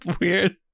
weird